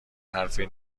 حرفی